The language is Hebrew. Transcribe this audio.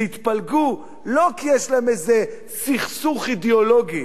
שהתפלגו לא כי יש להם איזה סכסוך אידיאולוגי,